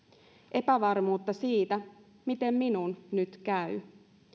epävarmuutta siitä miten minun nyt käy